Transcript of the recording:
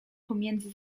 pomiędzy